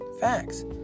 facts